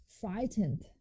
frightened